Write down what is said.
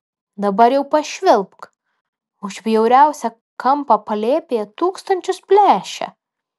dabar jau pašvilpk už bjauriausią kampą palėpėje tūkstančius plėšia